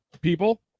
people